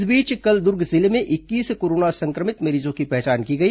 इस बीच कल दुर्ग जिले में इक्कीस कोरोना संक्रमित मरीजों की पहचान की गई